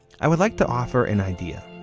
i would like to offer an idea.